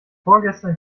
vorgestern